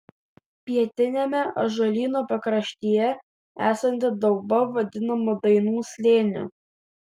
pietiniame ąžuolyno pakraštyje esanti dauba vadinama dainų slėniu